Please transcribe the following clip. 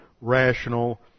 rational